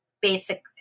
basic